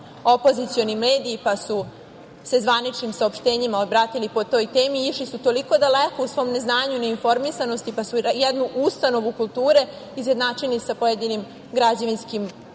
opozicioni mediji pa su se brže bolje oglasili po toj temi. Išli su toliko daleko u svom neznanju i informisanosti da su jednu ustanovu kulture izjednačili sa pojedinim građevinskim